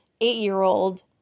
eight-year-old